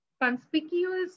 conspicuous